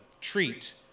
treat